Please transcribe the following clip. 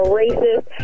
racist